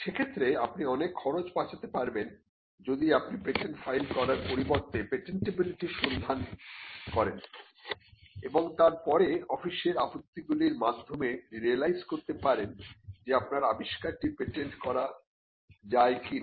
সেক্ষেত্রে আপনি অনেক খরচ বাঁচাতে পারবেন যদি আপনি পেটেন্ট patent ফাইল করার পরিবর্তে পেটেন্টিবিলিটি সন্ধান করেন এবং তার পরে অফিসের আপত্তিগুলির মাধ্যমে রিয়েলাইজ করতে পারেন যে আপনার আবিষ্কারটি পেটেন্ট করা যায় না